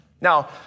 Now